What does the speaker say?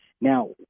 Now